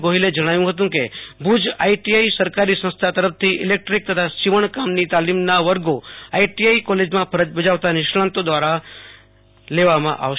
ગોહિલે જણાવ્યું હતું કે ભુજ આઈટીઆઈ સરકારી સંસ્થા તરફથી ઈલેકટ્રીક તથા સિવણ કામની તાલીમના વર્ગો આઈટીઆઈ કોલેજમાં ફરજ બજાવતા નિષ્ણાતો દ્વારા લેવામાં આવશે